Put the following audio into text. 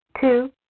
Two